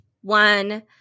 one